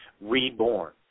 reborn